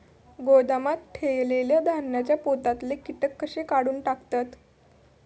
गोदामात ठेयलेल्या धान्यांच्या पोत्यातले कीटक कशे काढून टाकतत?